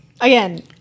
Again